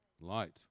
Light